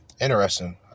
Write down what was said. interesting